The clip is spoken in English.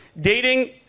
dating